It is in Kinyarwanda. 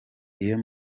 iyo